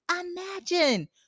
Imagine